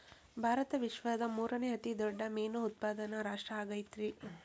ಭಾರತ ವಿಶ್ವದ ಮೂರನೇ ಅತಿ ದೊಡ್ಡ ಮೇನು ಉತ್ಪಾದಕ ರಾಷ್ಟ್ರ ಆಗೈತ್ರಿ